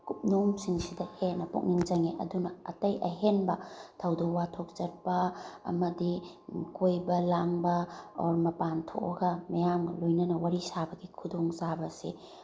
ꯀꯨꯞꯅꯣꯝꯁꯤꯡꯁꯤꯗ ꯍꯦꯟꯅ ꯄꯨꯛꯅꯤꯡ ꯆꯪꯉꯦ ꯑꯗꯨꯅ ꯑꯇꯩ ꯑꯍꯦꯟꯕ ꯊꯧꯗꯣꯛ ꯋꯥꯊꯣꯛ ꯆꯠꯄ ꯑꯃꯗꯤ ꯀꯣꯏꯕ ꯂꯥꯡꯕ ꯑꯣꯔ ꯃꯄꯥꯟ ꯊꯣꯛꯑꯒ ꯃꯤꯌꯥꯝꯒ ꯂꯣꯏꯅꯅ ꯋꯥꯔꯤ ꯁꯥꯕꯒꯤ ꯈꯨꯗꯣꯡ ꯆꯥꯕ ꯑꯁꯤ